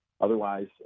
Otherwise